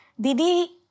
Didi